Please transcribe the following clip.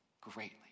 greatly